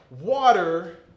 water